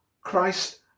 Christ